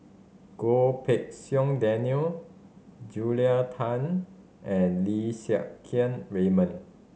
Goh Pei Siong Daniel Julia Tan and Lim Siang Keat Raymond